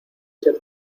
ser